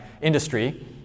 industry